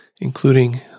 including